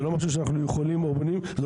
זה לא משהו שאנחנו יכולים או בונים ,